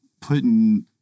putting